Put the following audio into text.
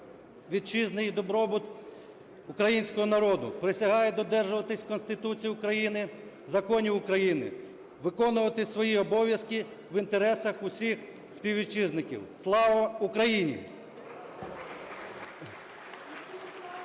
Вітчизни і добробут Українського народу. Присягаю додержуватися Конституції України, законів України, виконувати свої обов'язки в інтересах усіх співвітчизників. Слава Україні!